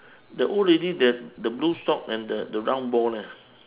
the old lady there the blue shop and the the round ball leh